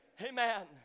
amen